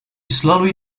slowly